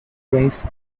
grains